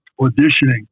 auditioning